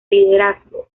liderazgo